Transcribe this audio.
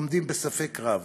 עומדים בספק רב.